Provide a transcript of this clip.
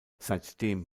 seitdem